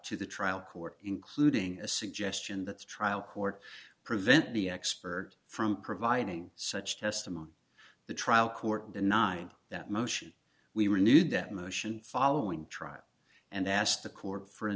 to the trial court including a suggestion that the trial court prevent the expert from providing such testimony the trial court denying that motion we renewed that motion following trial and asked the court for a